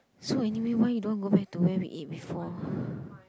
so anyway why you don't want to go back to where we eat before